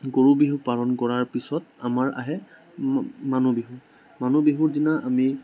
গৰু বিহু পালন কৰাৰ পিছত আমাৰ আহে মানুহ বিহু মানুহ বিহুৰ দিনা আমি